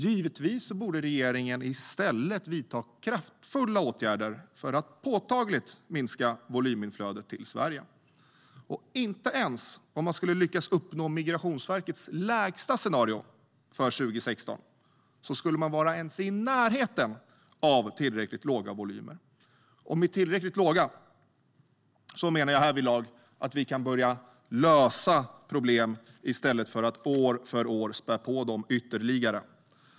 Givetvis borde regeringen i stället vidta kraftfulla åtgärder för att påtagligt minska volyminflödet till Sverige. Inte ens om man skulle lyckas uppnå Migrationsverkets lägsta scenario för 2016 skulle man vara ens i närheten av tillräckligt låga volymer. Och med tillräckligt låga menar jag härvidlag att vi kan börja lösa problem i stället för att år för år spä på dem ytterligare.